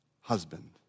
husband